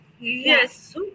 yes